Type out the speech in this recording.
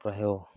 ପ୍ରାୟ